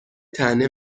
طعنه